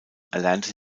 erlernte